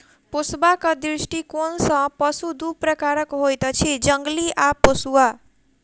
पोसबाक दृष्टिकोण सॅ पशु दू प्रकारक होइत अछि, जंगली आ पोसुआ